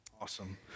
Awesome